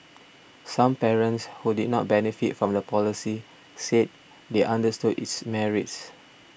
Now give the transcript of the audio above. some parents who did not benefit from the policy said they understood its merits